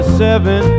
seven